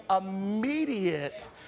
immediate